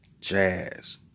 Jazz